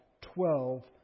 twelve